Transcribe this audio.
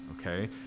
okay